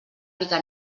mica